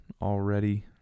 already